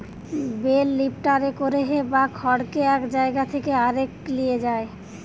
bell লিফ্টারে করে হে বা খড়কে এক জায়গা থেকে আরেক লিয়ে যায়